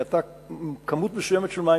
כי אתה צריך כמות מסוימת של מים,